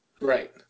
Right